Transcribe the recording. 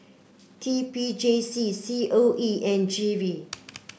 T P J C C O E and G V